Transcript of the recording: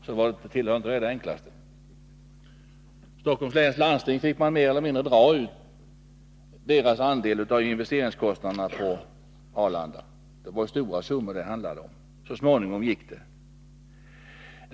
Man fick mer eller mindre dra ur Stockholms läns landsting dess andel av investeringskostnaden på Arlanda — och det var stora summor det handlade om! Så småningom gick det.